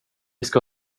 ska